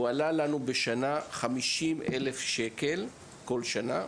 זה עלה כמעט 50,000 שקל כל שנה,